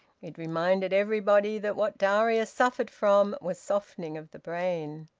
it reminded everybody that what darius suffered from was softening of the brain.